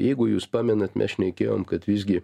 jeigu jūs pamenat mes šnekėjom kad visgi